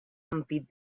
ampit